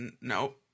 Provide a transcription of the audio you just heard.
No